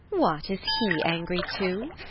what, is he angry too?